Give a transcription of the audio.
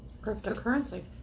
Cryptocurrency